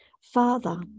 Father